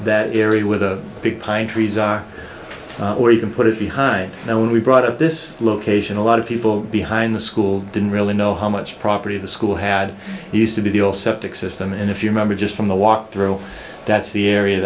that area with a big pine trees are or you can put it behind and we brought up this location a lot of people behind the school didn't really know how much property the school had used to be the old septic system and if you remember just from the walk through that's the area